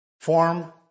form